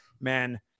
Man